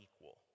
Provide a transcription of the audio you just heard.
equal